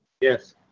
Yes